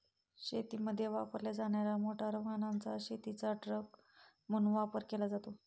शेतीमध्ये वापरल्या जाणार्या मोटार वाहनाचा शेतीचा ट्रक म्हणून वापर केला जातो